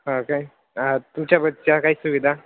हा काय तुमच्या बसच्या काही सुविधा